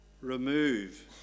Remove